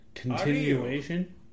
Continuation